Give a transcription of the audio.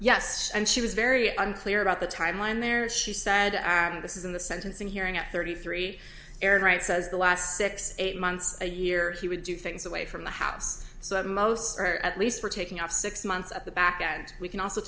yes and she was very unclear about the timeline there she said and this is in the sentencing hearing at thirty three air wright says the last six eight months a year he would do things away from the house so that most or at least were taking up six months at the back and we can also